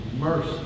mercy